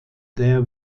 der